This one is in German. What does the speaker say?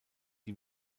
die